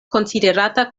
konsiderata